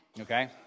okay